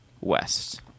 West